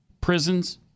prisons